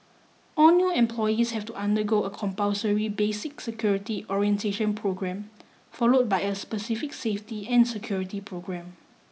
all new employees have to undergo a compulsory basic security orientation programme followed by a specific safety and security programme